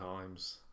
times